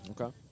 Okay